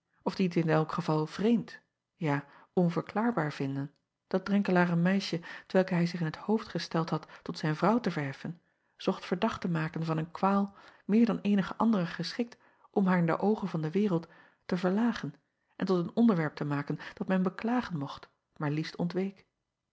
of die t in elk geval vreemd ja onverklaarbaar vinden dat renkelaer een meisje t welk hij zich in t hoofd gesteld had tot zijn vrouw te verheffen zocht verdacht te acob van ennep laasje evenster delen maken van een kwaal meer dan eenige andere geschikt om haar in de oogen der wereld te verlagen en tot een voorwerp te maken dat men beklagen mocht maar liefst